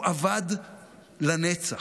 הוא אבד לנצח.